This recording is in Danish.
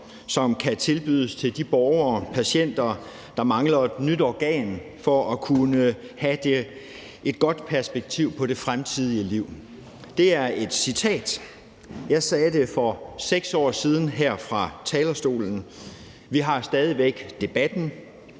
som kan tilbydes til de borgere, patienter, der mangler et nyt organ for at kunne have perspektivet på et godt fremtidigt liv.« Det er et citat. Jeg sagde det for 6 år siden her fra talerstolen. Vi har stadig væk debatten,